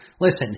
Listen